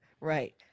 Right